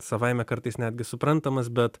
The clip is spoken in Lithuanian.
savaime kartais netgi suprantamas bet